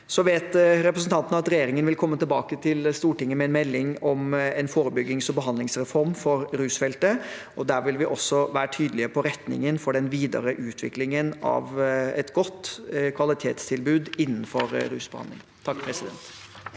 på. Representanten vet at regjeringen vil komme tilbake til Stortinget med en melding om en forebyggings- og behandlingsreform for rusfeltet. Der vil vi også være tydelige på retningen for den videre utviklingen av et godt kvalitetstilbud innenfor rusbehandlingen.